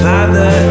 Father